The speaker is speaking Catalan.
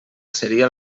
seria